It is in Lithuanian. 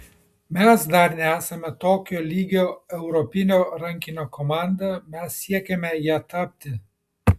mes dar nesame tokio lygio europinio rankinio komanda mes siekiame ja tapti